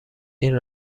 این